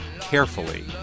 carefully